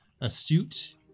Astute